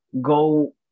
go